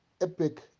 epic